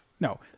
No